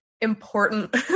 important